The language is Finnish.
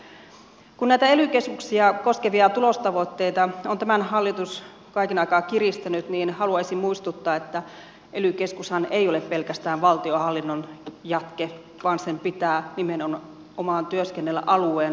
kun näitä ely keskuksia koskevia tulostavoitteita on tämä hallitus kaiken aikaa kiristänyt haluaisin muistuttaa että ely keskushan ei ole pelkästään valtionhallinnon jatke vaan sen pitää nimenomaan työskennellä alueen alueen ihmisten ja elinkeinojen eteen